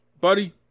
buddy